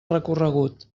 recorregut